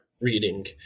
reading